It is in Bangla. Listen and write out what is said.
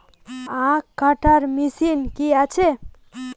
আখ কাটা মেশিন কি আছে?